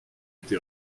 été